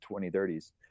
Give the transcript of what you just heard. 2030s